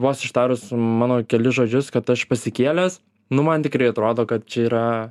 vos ištarus mano kelis žodžius kad aš pasikėlęs nu man tikrai atrodo kad čia yra